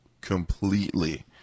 completely